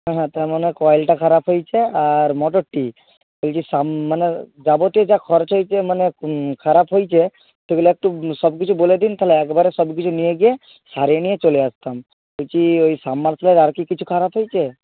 হ্যাঁ হ্যাঁ তার মানে কয়েলটা খারাপ হয়েছে আর মোটরটি ওই যে মানে যাবতীয় যা খরচ হয়েছে মানে খারাপ হয়েছে সেগুলো একটু সবকিছু বলে দিন তাহলে একবারে সবকিছু নিয়ে গিয়ে সারিয়ে নিয়ে চলে আসতাম বলছি ওই সাবমার্সিবল আর কি কিছু খারাপ হয়েছে